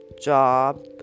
job